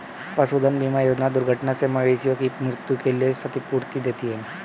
पशुधन बीमा योजना दुर्घटना से मवेशियों की मृत्यु के लिए क्षतिपूर्ति देती है